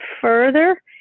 further